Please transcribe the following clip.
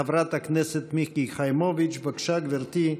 חברת הכנסת מיקי חיימוביץ', בבקשה, גברתי,